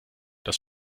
das